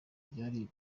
byari